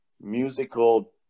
musical